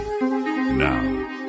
Now